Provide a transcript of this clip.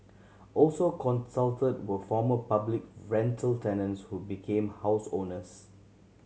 also consulted were former public rental tenants who became house owners